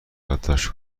یادداشت